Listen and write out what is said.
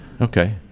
okay